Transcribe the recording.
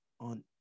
on